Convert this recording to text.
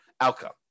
outcome